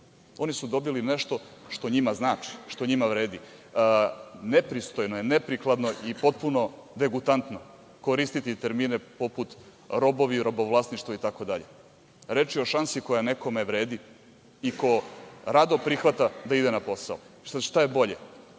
su dobili nešto što njima znači, što njima vredi. Nepristojno je, neprikladno je i potpuno degutantno koristiti termine poput „robovi“, „robovlasništvo“, itd. Reč je o šansi koja nekome vredi i ko rado prihvata da ide na posao. Šta je bolje?